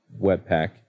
Webpack